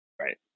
Right